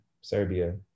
Serbia